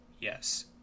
Yes